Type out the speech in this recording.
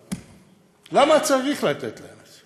למה צריך לתת להם?